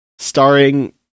Starring